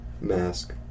Mask